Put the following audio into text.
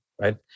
right